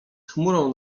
chmurą